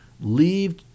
leave